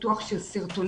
פיתוח של סרטונים.